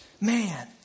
man